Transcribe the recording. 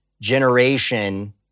generation